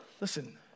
Listen